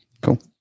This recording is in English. Cool